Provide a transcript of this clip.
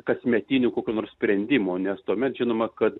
kasmetinių kokių nors sprendimų nes tuomet žinoma kad